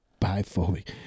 biphobic